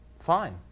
fine